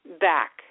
back